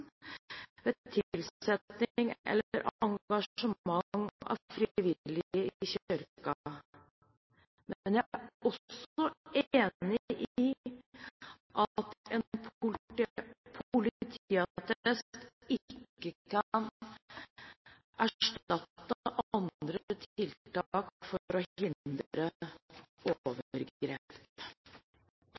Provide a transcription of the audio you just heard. ved tilsetting eller engasjement av frivillige i kirken. Men jeg er også enig i at en politiattest ikke kan erstatte andre tiltak for å hindre